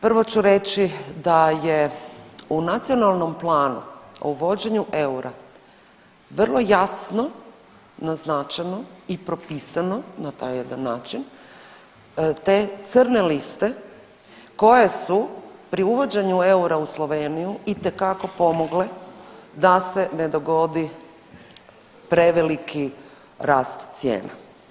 Prvo ću reći da je u Nacionalnom planu o uvođenju eura vrlo jasno naznačeno i propisano na taj jedan način te crne liste koje su pri uvođenju eura u Sloveniju itekako pomogle da se ne dogodi preveliki rast cijena.